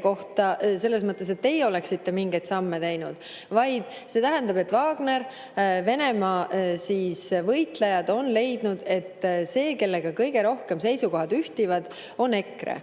kohta selles mõttes, et teie oleksite mingeid samme teinud, vaid see tähendab, et Wagner ja Venemaa võitlejad on leidnud, et see, kellega neil kõige rohkem seisukohad ühtivad, on EKRE.